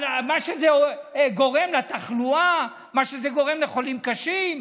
על מה שזה גורם לתחלואה, מה שזה גורם לחולים קשים.